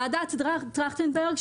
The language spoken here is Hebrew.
ועדת טרכטנברג,